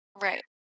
Right